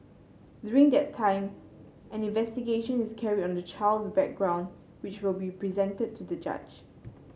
during that time an investigation is carried on the child's background which will be presented to the judge